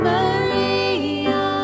Maria